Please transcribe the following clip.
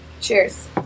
Cheers